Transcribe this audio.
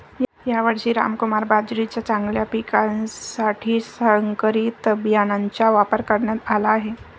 यावर्षी रामकुमार बाजरीच्या चांगल्या पिकासाठी संकरित बियाणांचा वापर करण्यात आला आहे